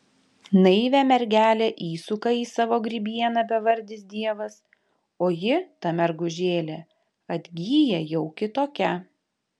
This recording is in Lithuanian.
naivią mergelę įsuka į savo grybieną bevardis dievas o ji ta mergužėlė atgyja jau kitokia